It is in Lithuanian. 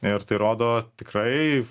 ir tai rodo tikrai